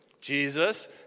Jesus